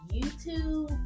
YouTube